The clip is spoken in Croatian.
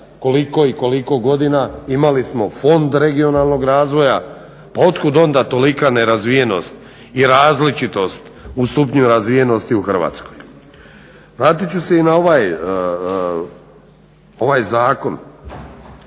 koliko i koliko godina, imali smo Fond regionalnog razvoja, pa otkud onda tolika nerazvijenost i različitost u stupnju razvijenosti u Hrvatskoj? Vratit ću se i na ovaj zakon,